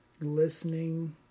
listening